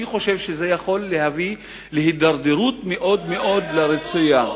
אני חושב שזה יכול להביא להידרדרות מאוד-מאוד לא רצויה.